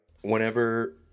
whenever